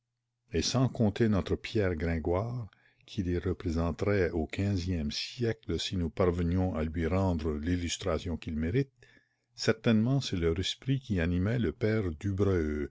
et sans compter notre pierre gringoire qui les représenterait au quinzième siècle si nous parvenions à lui rendre l'illustration qu'il mérite certainement c'est leur esprit qui animait le père